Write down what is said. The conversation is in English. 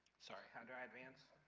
sorry, how do i advance?